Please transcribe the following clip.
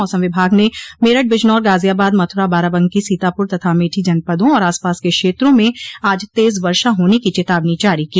मौसम विभाग ने मेरठ बिजनौर गाजियाबाद मथुरा बाराबंकी सीतापुर तथा अमेठी जनपदों और आसपास के क्षेत्रों में आज तेज वर्षा होने की चेतावनी जारी की